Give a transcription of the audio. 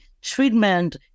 treatment